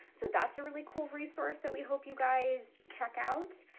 so that's a really cool resource that we hope you guys check out.